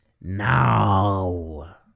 now